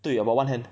对 about one hand